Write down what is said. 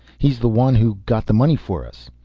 he's the one who got the money for us.